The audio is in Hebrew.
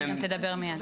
נכון, היא גם תדבר מיד.